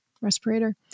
respirator